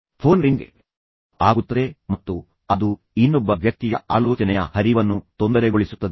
phone ring ಆಗುತ್ತದೆ ಮತ್ತು ಅದು ಇನ್ನೊಬ್ಬ ವ್ಯಕ್ತಿಯ ಆಲೋಚನೆಯ ಹರಿವನ್ನು ತೊಂದರೆಗೊಳಿಸುತ್ತದೆ